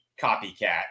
copycat